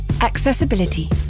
Accessibility